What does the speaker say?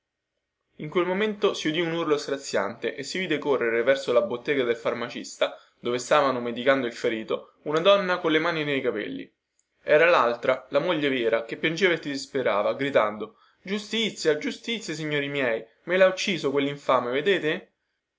in quel momento si udì un urlo straziante e si vide correre verso la bottega del farmacista dove stavano medicando il ferito una donna colle mani nei capelli era laltra la moglie vera che piangeva e si disperava gridando giustizia giustizia signori miei me lha ucciso quellinfame vedete